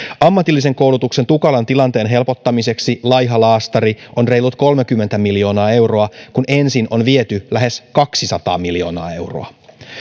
ammatillisen koulutuksen tukalan tilanteen helpottamiseksi laiha laastari on reilut kolmekymmentä miljoonaa euroa kun ensin on viety lähes kaksisataa miljoonaa euroa